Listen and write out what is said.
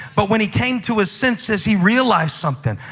but when he came to his senses, he realized something.